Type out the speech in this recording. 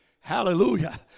Hallelujah